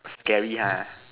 scary ha